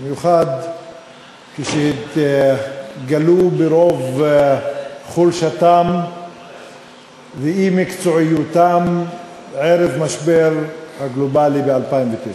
במיוחד כשהן התגלו ברוב חולשתן ואי-מקצועיותן ערב המשבר הגלובלי ב-2009,